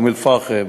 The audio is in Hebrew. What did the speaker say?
באום-אלפחם,